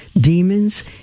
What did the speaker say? demons